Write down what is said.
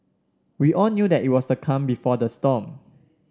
we all knew that it was the calm before the storm